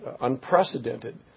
unprecedented